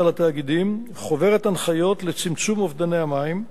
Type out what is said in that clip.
על התאגידים חוברת הנחיות לצמצום אובדני המים.